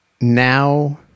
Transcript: now